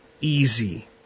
easy